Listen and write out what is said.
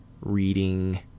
reading